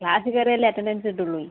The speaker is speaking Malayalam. ക്ലാസ്സിൽ കയറിയാലല്ലേ അറ്റന്റൻസ് കിട്ടുള്ളൂ